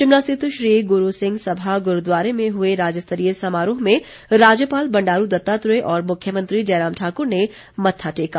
शिमला स्थित श्री गुरू सिंह सभा गुरूद्वारे में हुए राज्यस्तरीय समारोह में राज्यपाल बंडारू दत्तात्रेय और मुख्यमंत्री जयराम ठाक्र ने मत्था टेका